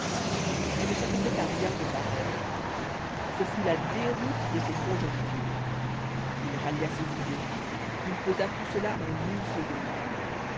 il ne s'attendait à rien de pareil ce fut la déroute de ses conjectures il rallia ses idées il pesa tout cela en une seconde